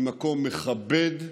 ממקום מכבד,